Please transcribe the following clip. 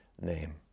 name